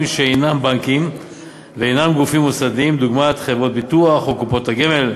שאינם בנקים ואינם גופים מוסדיים דוגמת חברות הביטוח או קופות הגמל.